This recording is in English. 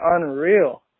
unreal